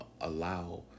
allow